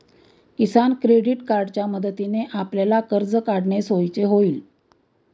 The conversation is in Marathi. किसान क्रेडिट कार्डच्या मदतीने आपल्याला कर्ज काढणे सोयीचे होईल